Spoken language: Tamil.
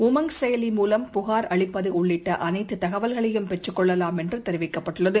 உமங் செயலி மூலம் புகார் அளிப்பதுஉள்ளிட்டஅனைத்துத் தகவல்களையும் பெற்றுக் கொள்ளலாம் என்றுதெரிவிக்கப்பட்டுள்ளது